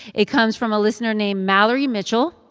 it comes from a listener named mallory mitchell.